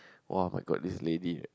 !wah! my god this lady right